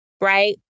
right